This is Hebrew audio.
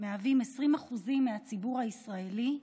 מהווים 20% מהציבור הישראלי,